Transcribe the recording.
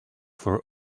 for